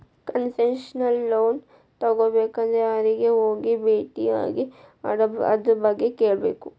Concessional loan ತಗೊಬೇಕಂದ್ರ ಯಾರಿಗೆ ಹೋಗಿ ಬೆಟ್ಟಿಯಾಗಿ ಅದರ್ಬಗ್ಗೆ ಕೇಳ್ಬೇಕು?